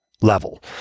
level